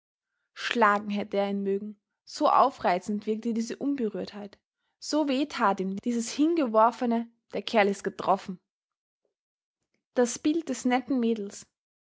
schlagen hätte er ihn mögen so aufreizend wirkte diese unberührtheit so weh tat ihm dieses hingeworfene der kerl ist getroffen das bild des netten mäderls